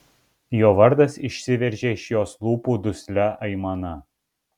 jo vardas išsiveržė iš jos lūpų duslia aimana